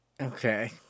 Okay